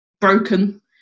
broken